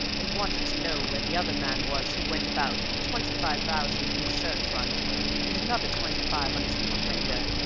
and wanted to know where the other man was who went about with twenty-five thousand in his shirt-front and another twenty-five on his little finger.